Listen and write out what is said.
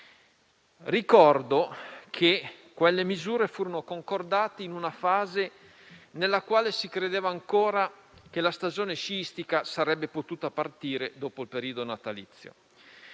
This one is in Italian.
Ricordo che quelle misure furono concordate in una fase nella quale si credeva ancora che la stagione sciistica sarebbe potuta partire dopo il periodo natalizio.